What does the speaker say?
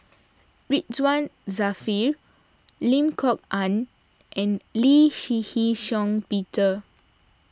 Ridzwan Dzafir Lim Kok Ann and Lee Shih Shiong Peter